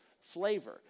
flavor